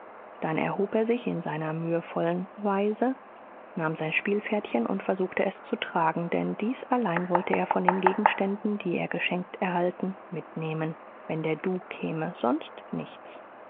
dann erhob er sich in seiner mühevollen weise nahm sein spielpferdchen und versuchte es zu tragen denn dies allein wollte er von den gegenständen die er geschenkt erhalten mitnehmen wenn der du käme sonst nichts